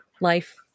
life